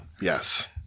Yes